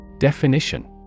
Definition